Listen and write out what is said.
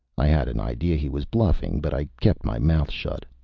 i had an idea he was bluffing, but i kept my mouth shut.